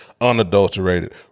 unadulterated